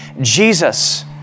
Jesus